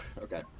Okay